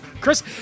Chris